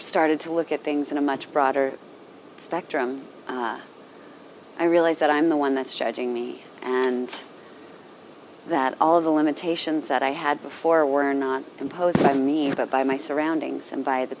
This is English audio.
started to look at things in a much broader spectrum i realize that i'm the one that's judging me and that all of the limitations that i had before were not imposed i mean by by my surroundings and by the